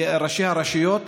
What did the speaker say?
ראשי הרשויות,